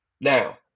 Now